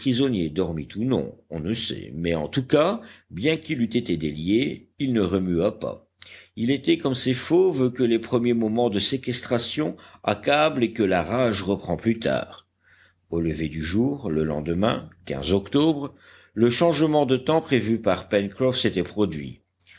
dormit ou non on ne sait mais en tout cas bien qu'il eût été délié il ne remua pas il était comme ces fauves que les premiers moments de séquestration accablent et que la rage reprend plus tard au lever du jour le lendemain octobre le changement de temps prévu par pencroff s'était produit